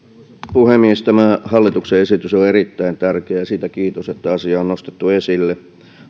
puhemies tämä hallituksen esitys on erittäin tärkeä ja siitä kiitos että asia on nostettu esille